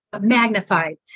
magnified